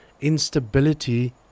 instability